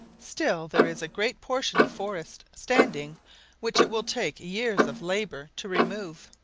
still there is a great portion of forest standing which it will take years of labour to remove.